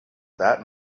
that